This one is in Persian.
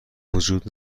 وجود